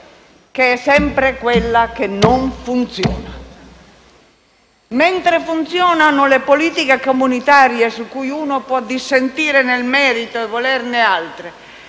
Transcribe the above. che è sempre quella che non funziona. Mentre funzionano le politiche comunitarie - su cui uno può dissentire nel merito e volerne altre